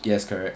yes correct